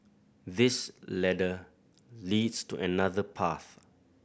this ladder leads to another path